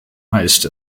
heißt